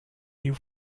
you